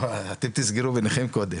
תסגרו ביניכם קודם.